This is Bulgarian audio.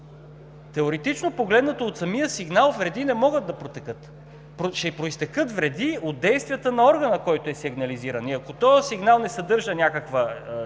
Теоретично погледнато от самия сигнал вреди не могат да изтекат. Ще произтекат вреди от действията на органа, който е сигнализиран, и ако този сигнал, който не съдържа някаква